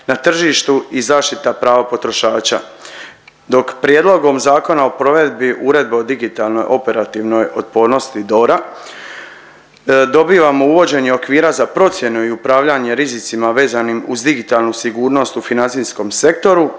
na tržištu i zaštita prava potrošača, dok Prijedlogom zakona o provedbi uredbe o digitalnoj operativnosti otpornosti DORA, dobivamo uvođenje okvira za procjenu i upravljanje rizicima vezanim uz digitalnu sigurnost u financijskom sektoru,